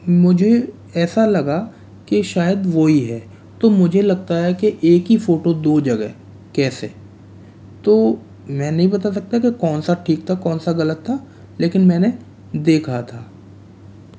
मुझे ऐसा लगा कि शायद वही है तो मुझे लगता है कि एक ही फ़ोटो दो जगह कैसे तो मैं नहीं बता सकता की कौनसा ठीक था कौनसा गलत था लेकिन मैंने देखा था